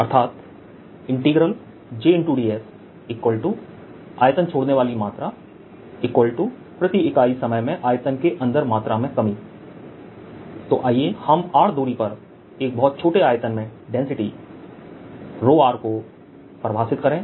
अर्थात jdsआयतन छोड़ने वाली मात्राप्रति इकाई समय में आयतन के अंदर मात्रा में कमी तो आइए हम r दूरी पर एक बहुत छोटे आयतन में डेंसिटी को परिभाषित करें